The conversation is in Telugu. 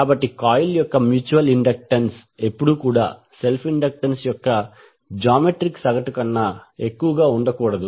కాబట్టి కాయిల్ యొక్క మ్యూచువల్ ఇండక్టెన్స్ ఎప్పుడూ కూడా సెల్ఫ్ ఇండక్టెన్స్ యొక్క జామెట్రిక్ సగటు కన్నా ఎక్కువగా ఉండకూడదు